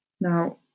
Now